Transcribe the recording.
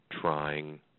trying